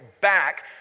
back